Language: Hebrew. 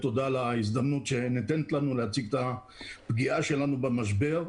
תודה על ההזדמנות שניתנת לנו להציג את הפגיעה שלנו במשבר.